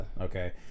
Okay